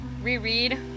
reread